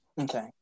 okay